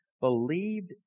Believed